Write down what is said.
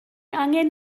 angen